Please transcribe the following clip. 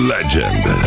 Legend